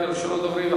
ראשון הדוברים,